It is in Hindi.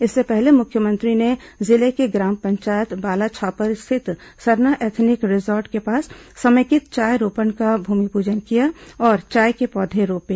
इससे पहले मुख्यमंत्री ने जिले की ग्राम पंचायत बालाछापर स्थित सरना एथेनिक रिसॉर्ट के पास समेकित चाय रोपण का भूमिपूजन किया और चाय के पौधे रोपे